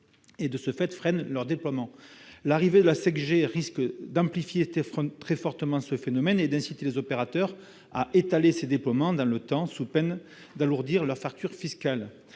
et freine les déploiements. L'arrivée de la 5G risque d'amplifier très fortement le phénomène et d'inciter les opérateurs à étaler les déploiements dans le temps, sous peine de faire exploser la facture fiscale.